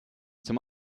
zum